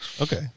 Okay